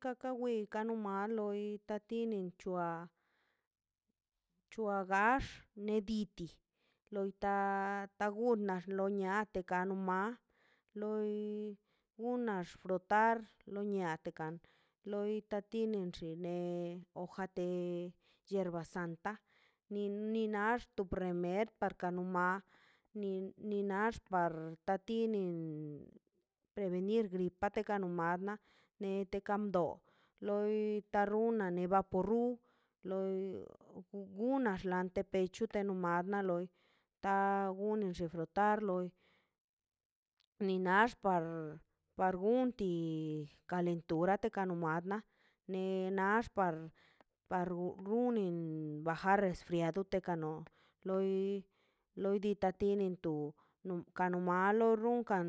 Kaki wi kano loi itatini chua chuagax nediti loita ta gunnax lo niateka nu ma loi gunax flo dar lo niate kan loi tatini xen ne hojate hierba santa ni nax mer ka panu ma ni naxt par tatini prevenir gripa te kanu magna te kamdo loi tarunna vaporub loi gunaxlab nan te pecho telo magna loi ta guninxb frotar loi ni nax par par gunti kalentura teka kanu magna ne nax par runin bajar resfriado tekano loi di ta ti nintu ka nu malo runkan